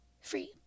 free